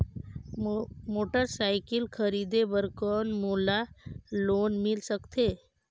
Motorcycle खरीदे बर कौन मोला लोन मिल सकथे?